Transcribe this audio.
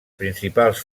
principals